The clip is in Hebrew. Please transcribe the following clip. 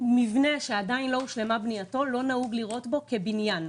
מבנה שעדיין לא הושלמה בנייתו לא נהוג לראות בו כבניין.